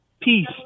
peace